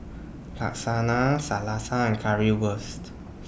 Lasagna and Currywurst